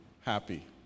happy